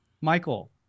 Michael